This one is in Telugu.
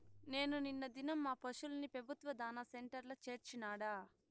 నేను నిన్న దినం మా పశుల్ని పెబుత్వ దాణా సెంటర్ల చేర్చినాడ